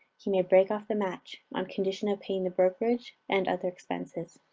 he may break off the match, on condition of paying the brokerage and other expenses.